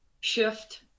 shift